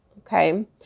Okay